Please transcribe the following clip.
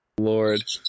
lord